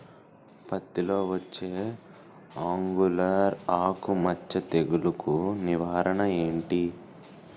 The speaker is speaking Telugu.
పత్తి లో వచ్చే ఆంగులర్ ఆకు మచ్చ తెగులు కు నివారణ ఎంటి?